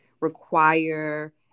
require